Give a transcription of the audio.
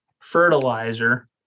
fertilizer